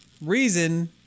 reason